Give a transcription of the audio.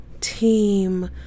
team